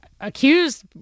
accused